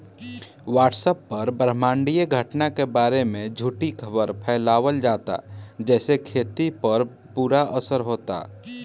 WhatsApp पर ब्रह्माण्डीय घटना के बारे में झूठी खबर फैलावल जाता जेसे खेती पर बुरा असर होता